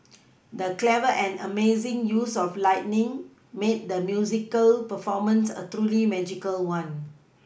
the clever and amazing use of lighting made the musical performance a truly magical one